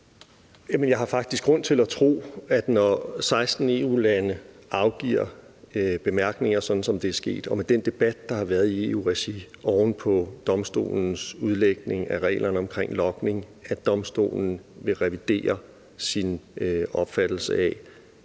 Jeg har faktisk grund til at tro, at når 16 EU-lande afgiver bemærkninger, sådan som det er sket, og med den debat, der har været i EU-regi oven på Domstolens udlægning af reglerne omkring logning, så vil Domstolen revidere sin opfattelse af,